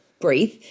breathe